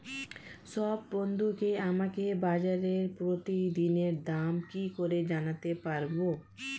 সব বন্ধুকে আমাকে বাজারের প্রতিদিনের দাম কি করে জানাতে পারবো?